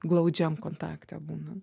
glaudžiam kontakte būna